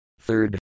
Third